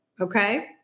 okay